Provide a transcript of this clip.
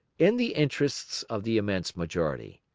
in the interests of the immense majority.